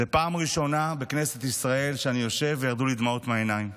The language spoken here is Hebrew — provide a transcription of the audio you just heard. זו פעם ראשונה בכנסת ישראל שבה ישבתי וירדו לי דמעות מהעיניים.